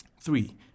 Three